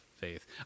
faith